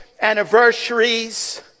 anniversaries